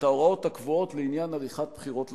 את ההוראות הקבועות לעניין עריכת בחירות לכנסת.